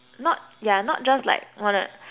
not yeah not just like wanna